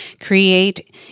create